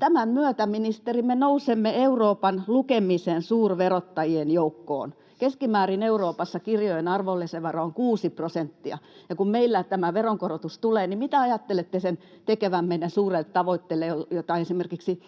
Tämän myötä, ministeri, me nousemme Euroopan lukemisen suurverottajien joukkoon. Keskimäärin Euroopassa kirjojen arvonlisävero on kuusi prosenttia. Ja kun meillä tämä veronkorotus tulee, niin mitä ajattelette sen tekevän meidän suurelle tavoitteelle, että esimerkiksi